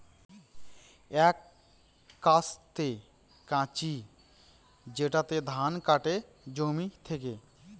এক কাস্তে কাঁচি যেটাতে ধান কাটে জমি থেকে